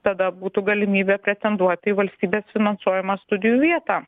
tada būtų galimybė pretenduot į valstybės finansuojamą studijų vietą